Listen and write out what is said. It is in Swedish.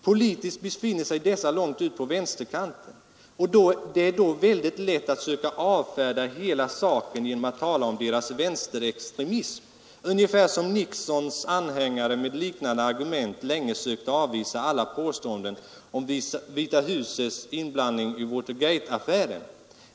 Politiskt befinner sig dessa långt ut på vänsterkanten. Det är då väldigt lätt att söka avfärda hela saken genom att tala om deras vänsterextremism ungefär som Nixons anhängare med liknande argument länge sökte avvisa alla påståenden om Vita husets inblandning i Watergate-affären.